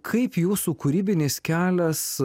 kaip jūsų kūrybinis kelias